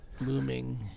blooming